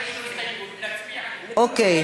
יש לו הסתייגות, להצביע עליה.